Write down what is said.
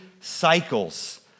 cycles